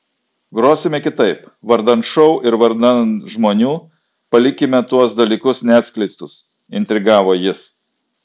grosime kitaip vardan šou ir vardan žmonių palikime tuos dalykus neatskleistus intrigavo jis